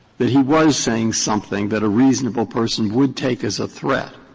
that he was saying something that a reasonable person would take as a threat